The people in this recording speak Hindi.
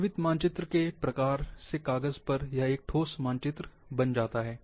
जीवित मानचित्र के प्रकार से कागज पर यह एक ठोस मानचित्र बन जाता है